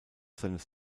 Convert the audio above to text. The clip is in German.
seines